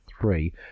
three